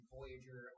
Voyager